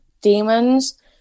demons